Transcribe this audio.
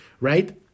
right